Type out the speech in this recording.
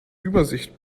übersicht